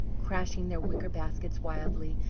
crashing their wicker baskets wildly,